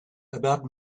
about